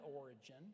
origin